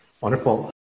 Wonderful